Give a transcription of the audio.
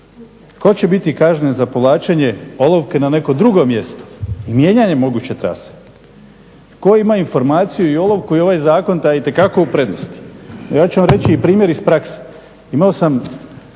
Tko će biti kažnjen za povlačenje olovke na neko drugo mjesto i mijenjanje moguće trase? Tko ima informaciju i olovku i ovaj Zakon taj je itekako u prednosti. A ja ću vam reći i primjer iz prakse. Imao sam